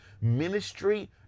ministry